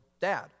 dad